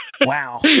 Wow